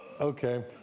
okay